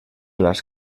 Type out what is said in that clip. las